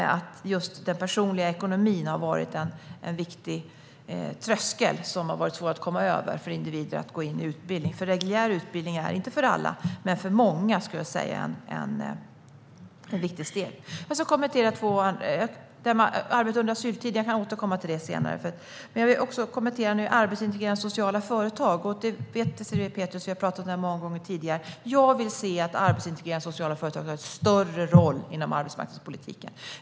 Jag tror att den personliga ekonomin har varit en viktig tröskel som har varit svår för individer att komma över och gå in i utbildning. Reguljär utbildning är inte för alla, men för många är det ett viktigt steg. Jag kan återkomma till detta med arbete under asyltiden, men jag vill kommentera de arbetsintegrerande sociala företagen. Désirée Pethrus vet - vi har talat om det många gånger tidigare - att jag vill se att arbetsintegrerande sociala företag tar en större roll inom arbetsmarknadspolitiken.